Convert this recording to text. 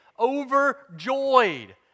overjoyed